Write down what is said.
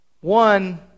One